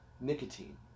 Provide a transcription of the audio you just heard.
nicotine